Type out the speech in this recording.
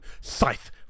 scythe